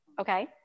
Okay